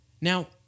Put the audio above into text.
Now